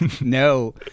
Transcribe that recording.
no